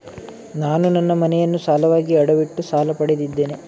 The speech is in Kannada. ನಾನು ನನ್ನ ಮನೆಯನ್ನು ಸಾಲವಾಗಿ ಅಡವಿಟ್ಟು ಸಾಲ ಪಡೆದಿದ್ದೇನೆ